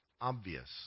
obvious